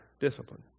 discipline